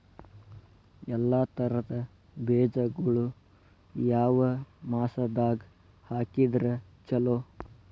ಎಲ್ಲಾ ತರದ ಬೇಜಗೊಳು ಯಾವ ಮಾಸದಾಗ್ ಹಾಕಿದ್ರ ಛಲೋ?